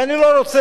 ואני לא רוצה,